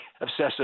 obsessive